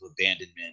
abandonment